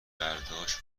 برداشت